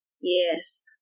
Yes